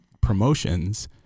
promotions